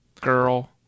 girl